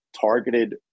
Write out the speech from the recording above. targeted